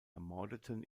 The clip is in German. ermordeten